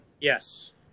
Yes